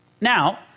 Now